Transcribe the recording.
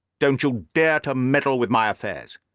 don't you dare to meddle with my affairs.